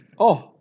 oh